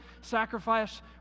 sacrifice